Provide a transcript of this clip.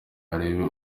arebe